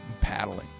paddling